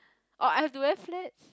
or I've to wear flats